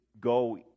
go